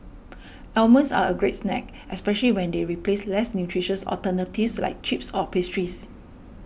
almonds are a great snack especially when they replace less nutritious alternatives like chips or pastries